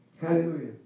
Hallelujah